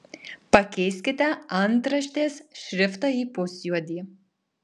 pakeiskite antraštės šriftą į pusjuodį